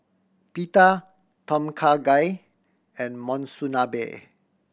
Pita Tom Kha Gai and Monsunabe